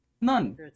None